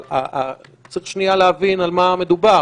אבל צריך להבין על מה מדובר.